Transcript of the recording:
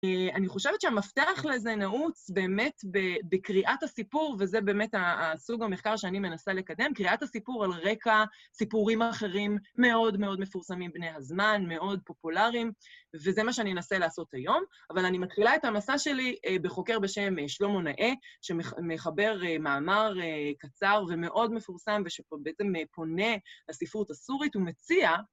אני חושבת שהמפתח לזה נעוץ באמת בקריאת הסיפור, וזה באמת סוג המחקר שאני מנסה לקדם, קריאת הסיפור על רקע סיפורים אחרים מאוד מאוד מפורסמים בני הזמן, מאוד פופולריים, וזה מה שאני אנסה לעשות היום. אבל אני מתחילה את המסע שלי בחוקר בשם שלמה נאה, שמחבר מאמר קצר ומאוד מפורסם, ושפה בעצם פונה לספרות הסורית ומציע,